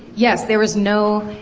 yes, there was no.